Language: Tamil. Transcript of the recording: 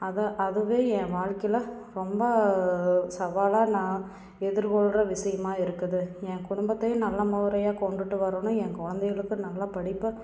அதை அதுவே என் வாழ்க்கையில் ரொம்ப சவாலாக நான் எதிர்கொள்கிற விஷயமா இருக்குது என் குடும்பத்தையும் நல்ல முறையாக கொண்டுகிட்டு வரணும் என் குழந்தைகளுக்கு நல்லப்படிப்பை